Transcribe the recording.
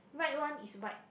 right one is white